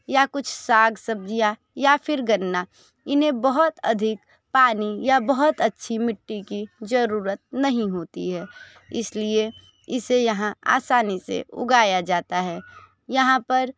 या कुछ साग सब्जियाँ या फिर गन्ना इन्हें बहुत अधिक पानी या बहुत अच्छी मिट्टी की जरूरत नहीं होती है इसलिए इसे यहाँ आसानी से उगाया जाता है यहाँ पर